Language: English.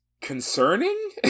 concerning